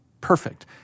perfect